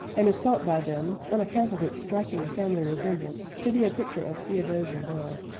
and is thought by them, on account of its striking family resemblance, to be a picture of theodosia burr.